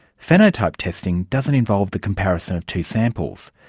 phenotype testing doesn't involve the comparison of two samples.